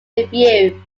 review